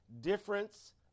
difference